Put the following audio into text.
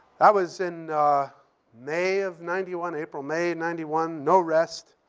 that was in may of ninety one, april may of ninety one, no rest.